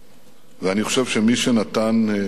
ואני חושב שמי שנתן ביטוי